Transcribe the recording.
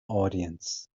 audience